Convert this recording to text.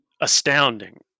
astounding